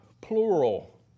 plural